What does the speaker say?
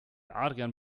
adrian